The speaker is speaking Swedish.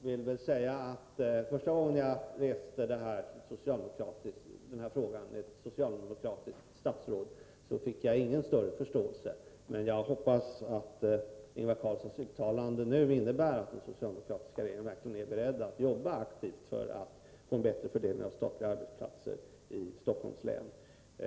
När jag första gången tog upp frågan med ett socialdemokratiskt statsråd mötte jag ingen större förståelse, men jag hoppas att Ingvar Carlssons uttalande nu innebär att den socialdemokratiska regeringen verkligen är beredd att jobba aktivt för att få en bättre fördelning av statliga arbetsplatser i Stockholms län.